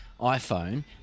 iPhone